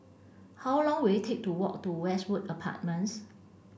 how long will it take to walk to Westwood Apartments